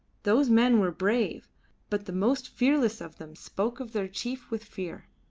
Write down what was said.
those men were brave but the most fearless of them spoke of their chief with fear.